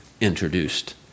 introduced